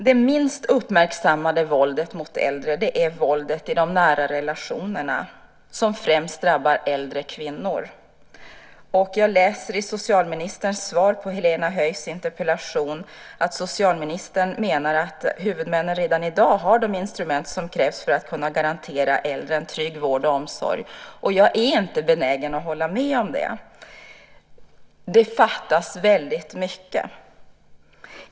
Det minst uppmärksammade våldet mot äldre är våldet i de nära relationerna, och det drabbar främst äldre kvinnor. Jag läser i socialministerns svar på Helena Höijs interpellation att socialministern menar att huvudmännen redan i dag har de instrument som krävs för att kunna garantera äldre en trygg vård och omsorg. Jag är inte benägen att hålla med om det. Det fattas väldigt mycket.